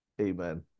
Amen